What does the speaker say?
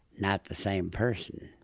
not the same person.